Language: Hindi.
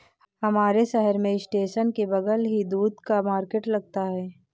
हमारे शहर में स्टेशन के बगल ही दूध का मार्केट लगता है